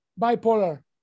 bipolar